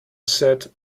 set